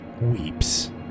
weeps